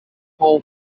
call